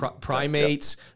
primates